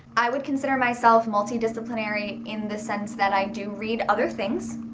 i would consider myself multidisciplinary in the sense that i do read other things,